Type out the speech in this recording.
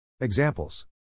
Examples